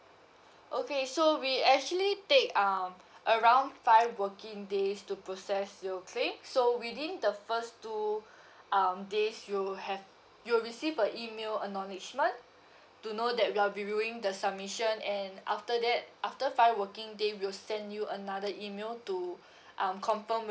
okay so we actually take um around five working days to process your claim so within the first two um days you'll have you'll receive a email acknowledgement to know that we are viewing the submission and after that after five working day we'll send you another email to um confirm